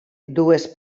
dues